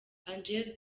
ange